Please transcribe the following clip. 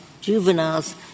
juveniles